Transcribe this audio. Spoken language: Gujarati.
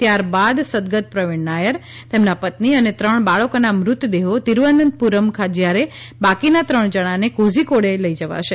ત્યાર બાદ સદગત પ્રવીણ નાયર તેમના પત્ની અને ત્રણ બાળકોના મૃતદેહો તિરૂઅનંતપૂરમ જ્યારે બાકીના ત્રણ જણાને કોઝીકોડે લઈ જવાશે